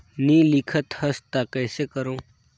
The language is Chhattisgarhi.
नी लिखत हस ता कइसे करू?